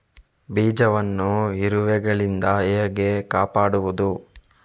ಬೀಜವನ್ನು ಇರುವೆಗಳಿಂದ ಹೇಗೆ ಕಾಪಾಡುವುದು?